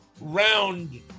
round